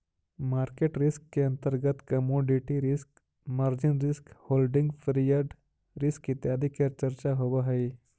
market risk के अंतर्गत commodity risk, margin risk, holding period risk इत्यादि के चर्चा होवऽ हई